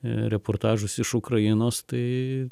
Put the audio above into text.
reportažus iš ukrainos tai